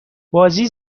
بازی